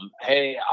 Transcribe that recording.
hey